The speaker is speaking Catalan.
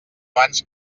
abans